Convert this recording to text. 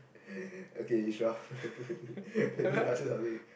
okay Ishraf let me ask you something